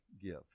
give